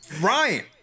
Ryan